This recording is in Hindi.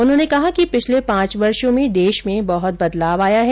उन्होंने कहा कि पिछले पांच वर्षो में देश में बहुत बदलाव आया है